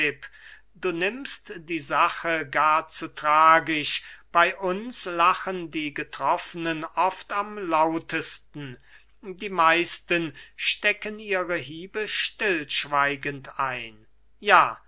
du nimmst die sache gar zu tragisch bey uns lachen die getroffenen oft am lautesten die meisten stecken ihre hiebe stillschweigend ein ja